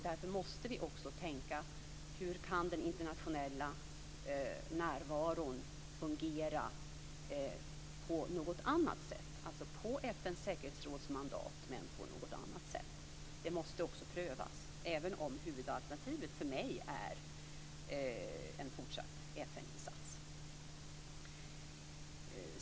Därför måste vi också tänka på hur den internationella närvaron kan fungera på något annat sätt, dvs. på FN:s säkerhetsråds mandat men på något annat sätt. Det måste också prövas, även om huvudalternativet för mig är en fortsatt FN-insats.